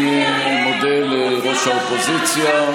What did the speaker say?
אני מודה לראש האופוזיציה.